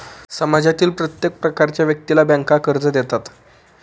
समाजातील प्रत्येक प्रकारच्या व्यक्तीला बँका कर्ज देतात